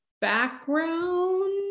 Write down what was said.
background